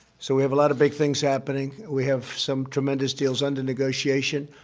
so we have a lot of big things happening. we have some tremendous deals under negotiation.